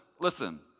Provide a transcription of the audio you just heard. listen